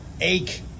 ache